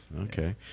Okay